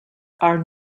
are